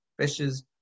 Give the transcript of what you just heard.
fishes